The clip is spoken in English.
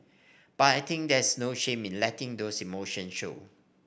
but I think there's no shame in letting those emotions show